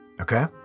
Okay